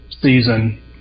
season